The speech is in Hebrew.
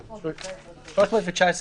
זו תוספת חשובה ואולי צריך לפרט אותה יותר בהמשך.